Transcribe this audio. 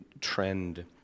trend